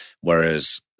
Whereas